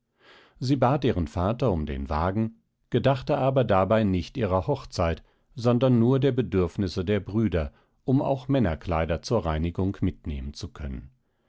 sie bat ihren vater um den wagen gedachte aber dabei nicht ihrer hochzeit sondern nur der bedürfnisse der brüder um auch männerkleider zur reinigung mitnehmen zu können